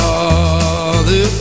Father